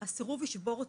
הסירוב ישבור אותי.